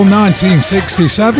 1967